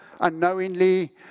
unknowingly